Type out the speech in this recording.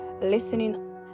listening